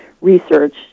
research